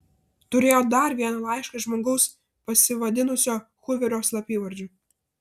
turėjo dar vieną laišką iš žmogaus pasivadinusio huverio slapyvardžiu